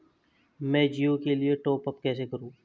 मैं जिओ के लिए टॉप अप कैसे करूँ?